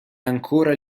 ancora